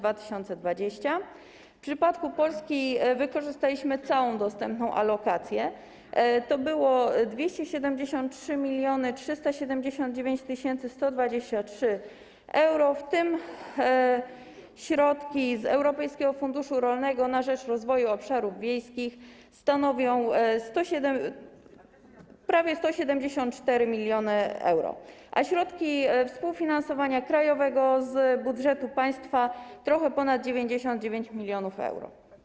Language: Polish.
W przypadku Polski wykorzystaliśmy całą dostępną alokację, to było 273 379 123 euro, w tym środki z Europejskiego Funduszu Rolnego na rzecz Rozwoju Obszarów Wiejskich stanowią prawie 174 mln euro, a środki współfinansowania krajowego z budżetu państwa trochę ponad 99 mln euro.